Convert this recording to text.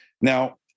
Now